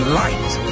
light